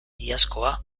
iazkoa